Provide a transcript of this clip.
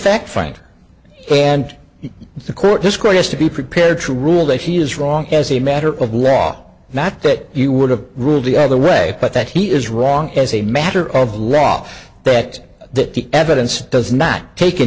fact frank and the court this court has to be prepared to rule that he is wrong has a matter of law that that you would have ruled the other way but that he is wrong as a matter of law fact that the evidence does not take